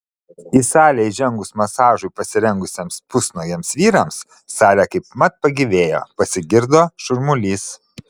į salę įžengus masažui pasirengusiems pusnuogiams vyrams salė kaipmat pagyvėjo pasigirdo šurmulys